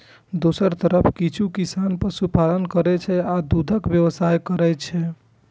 दोसर तरफ किछु किसान पशुपालन करै छै आ दूधक व्यवसाय करै छै